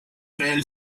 veel